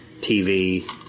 TV